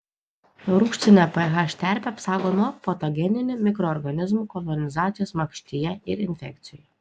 rūgštinė ph terpė apsaugo nuo patogeninių mikroorganizmų kolonizacijos makštyje ir infekcijų